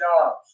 jobs